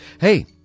Hey